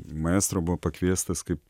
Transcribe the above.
maestro buvo pakviestas kaip